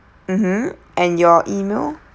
mmhmm and your E-mail